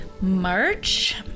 March